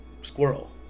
squirrel